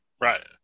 Right